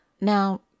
Now